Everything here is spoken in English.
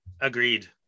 agreed